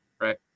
right